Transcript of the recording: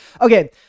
Okay